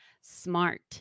smart